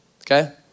okay